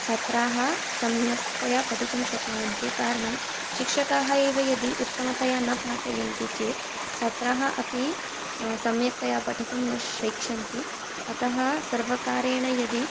छात्राः सम्यक्तया पठितुं शक्नुवन्ति कारणं शिक्षकाः एव यदि उत्तमतया न पाठयन्ति चेत् छात्राः अपि सम्यक्तया पठितुं न शक्ष्यन्ति अतः सर्वकारेण यदि